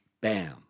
Bam